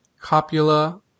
copula